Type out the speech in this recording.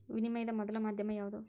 ವಿನಿಮಯದ ಮೊದಲ ಮಾಧ್ಯಮ ಯಾವ್ದು